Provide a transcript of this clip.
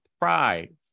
pride